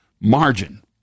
margin